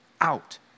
out